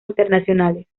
internacionales